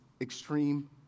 extreme